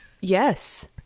Yes